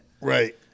Right